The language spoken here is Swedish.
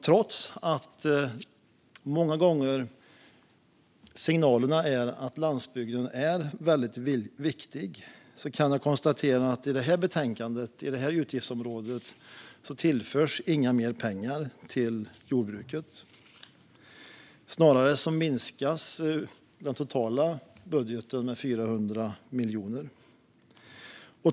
Trots att signalerna många gånger är att landsbygden är väldigt viktig kan jag konstatera att i detta betänkande för det här utgiftsområdet tillförs inga mer pengar till jordbruket. Snarare minskas den totala budgeten med 400 miljoner.